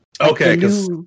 Okay